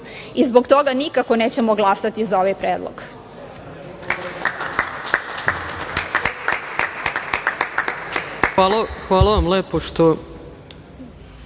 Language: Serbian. Zbog toga nikako nećemo glasati za ovaj predlog.